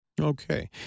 Okay